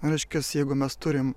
reiškiasi jeigu mes turime